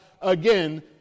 again